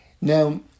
Now